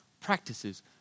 practices